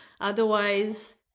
otherwise